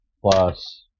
plus